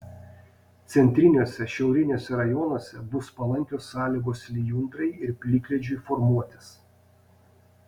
centriniuose šiauriniuose rajonuose bus palankios sąlygos lijundrai ir plikledžiui formuotis